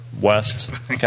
West